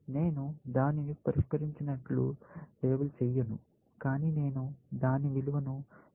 కాబట్టి నేను దానిని పరిష్కరించినట్లు లేబుల్ చేయను కానీ నేను దాని విలువ ను మారుస్తాను